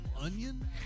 Onion